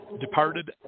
departed